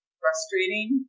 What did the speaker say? frustrating